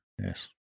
Yes